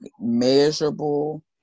measurable